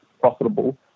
profitable